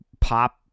pop